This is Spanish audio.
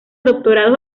doctorado